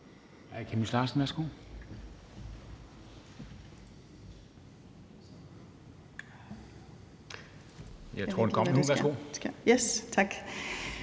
Tak